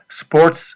Sports